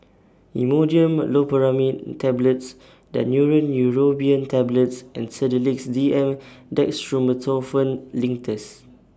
Imodium Loperamide Tablets Daneuron Neurobion Tablets and Sedilix D M Dextromethorphan Linctus